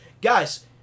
Guys